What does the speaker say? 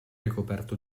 ricoperto